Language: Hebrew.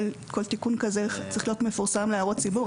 כל תיקון כזה צריך להיות מפורסם להערות ציבור.